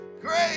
Great